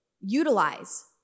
utilize